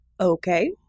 okay